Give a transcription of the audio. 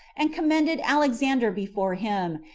and commended alexander before him,